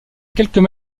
quelques